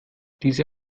diese